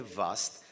vast